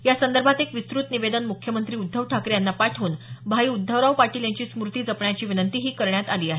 या संदर्भात एक विस्तुत निवेदन मुख्यमंत्री उद्धव ठाकरे यांना पाठवून भाई उद्धवराव पाटील यांची स्मृती जपण्याची विनंतीही करण्यात आली आहे